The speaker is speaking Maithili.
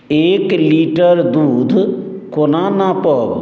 एक लीटर दूध कोना नापब